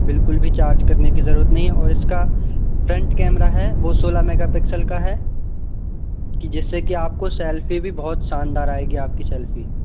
बिलकुल भी चार्ज करने की जरूरत नहीं है और इसका फ्रंट कैमरा है वो सोलह मेगापिक्सल का है कि जिससे कि आपको सेल्फी भी बहुत शानदार आएगी आपकी सेल्फी